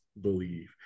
believe